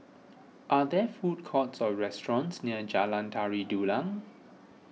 are there food courts or restaurants near Jalan Tari Dulang